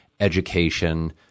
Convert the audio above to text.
education